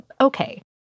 okay